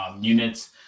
units